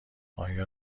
آیا